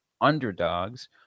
underdogs